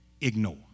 ignore